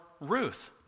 Ruth